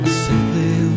simply